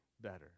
better